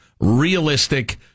realistic